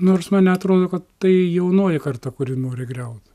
nors man neatrodo kad tai jaunoji karta kuri nori griaut